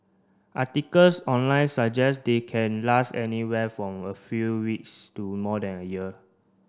articles online suggest they can last anywhere from a few weeks to more than a year